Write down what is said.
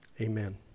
Amen